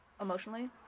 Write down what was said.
emotionally